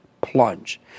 plunge